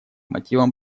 мотивам